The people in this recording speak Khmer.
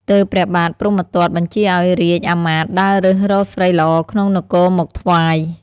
ទើបព្រះបាទព្រហ្មទត្តបញ្ជាឱ្យរាជ្យអាមាត្យដើររើសរកស្រីល្អក្នុងនគរមកថ្វាយ។